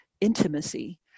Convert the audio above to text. intimacy